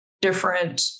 Different